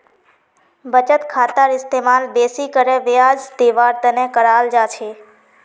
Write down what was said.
बचत खातार इस्तेमाल बेसि करे ब्याज दीवार तने कराल जा छे